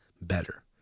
better